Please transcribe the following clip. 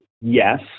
yes